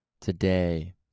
today